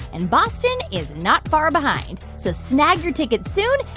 and boston is not far behind. so snag your tickets soon,